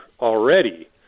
already